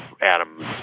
Adam